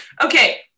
Okay